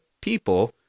people